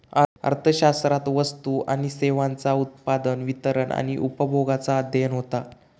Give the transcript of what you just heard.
अर्थशास्त्रात वस्तू आणि सेवांचा उत्पादन, वितरण आणि उपभोगाचा अध्ययन होता